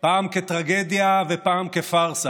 פעם כטרגדיה ופעם כפארסה.